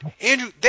Andrew